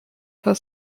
her